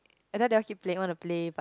and they all keep playing want to play but